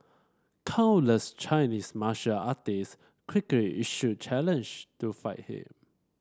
countless Chinese martial artist quickly issued challenge to fight him